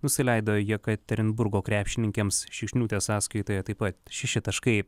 nusileido jekaterinburgo krepšininkėms šikšniūtės sąskaitoje taip pat šeši taškai